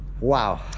Wow